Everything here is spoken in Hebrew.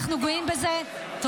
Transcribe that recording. את